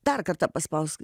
dar kartą paspausk